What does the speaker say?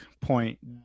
point